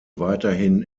weiterhin